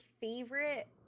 favorite